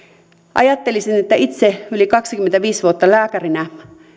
ajattelisin että itse yli kaksikymmentäviisi vuotta lääkärinä